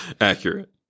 Accurate